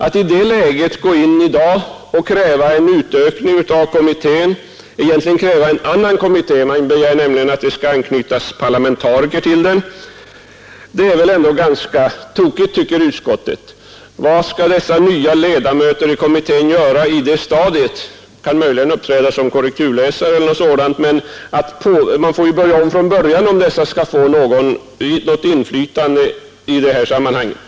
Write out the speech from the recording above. Att i det läget kräva en utökning av kommittén — egentligen begär motionärerna en annan kommitté; de vill att parlamentariker skall knytas till den — är väl ändå ganska tokigt, tycker utskottet. Vad skall dessa nya ledamöter i kommittén göra på det stadiet? De kan möjligen uppträda som korrekturläsare eller något sådant, men man får börja om från början om dessa skall få något inflytande i det här sammanhanget.